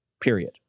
period